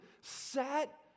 Set